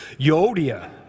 Yodia